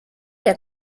der